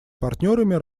партнерами